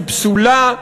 היא פסולה,